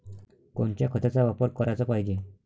कोनच्या खताचा वापर कराच पायजे?